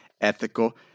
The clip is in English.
ethical